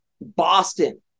Boston